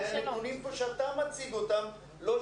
הרי הנתונים פה שאתה מציג אותם מראים